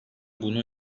bunu